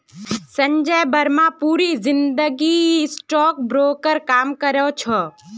संजय बर्मा पूरी जिंदगी stock broker काम करो छे